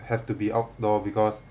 have to be outdoor because